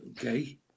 Okay